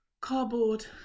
Cardboard